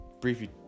briefly